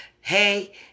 Hey